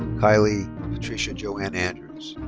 kiley patricia joanne andrews.